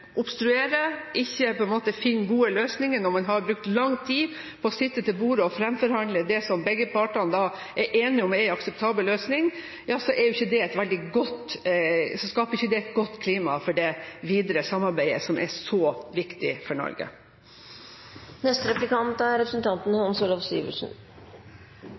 og ikke finner gode løsninger når man har brukt lang tid på å sitte ved bordet og framforhandle det som begge partene er enige om er en akseptabel løsning, skaper ikke det et godt klima for det videre samarbeidet, som er så viktig for